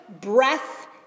breath